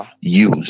use